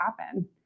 happen